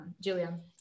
julian